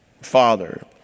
father